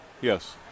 Yes